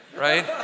right